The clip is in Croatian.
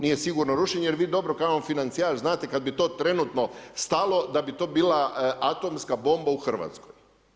Nije sigurno rušenje, jer vi dobro kao financijar znate kad bi to trenutno stalo da bi to bila atomska bomba u Hrvatskoj.